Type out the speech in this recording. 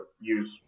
use